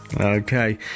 Okay